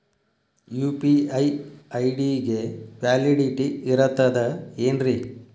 UPI ID ಗೆ validity ಇರತದ ಏನ್ರಿ?